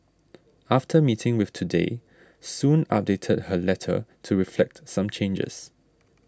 after meeting with Today Soon updated her letter to reflect some changes